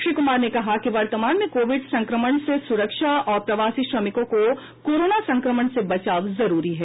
श्री कुमार ने कहा कि वर्तमान में कोविड संक्रमण से सुरक्षा और प्रवासी श्रमिकों को कोरोना संक्रमण से बचाव जरूरी है